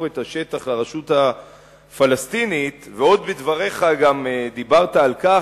את השטח לרשות הפלסטינית ועוד בדבריך דיברת על כך,